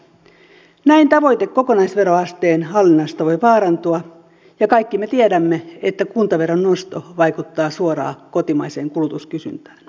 näin tavoite kokonaisveroasteen hallinnasta voi vaarantua ja kaikki me tiedämme että kuntaveron nosto vaikuttaa suoraan kotimaiseen kulutuskysyntään